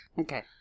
okay